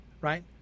right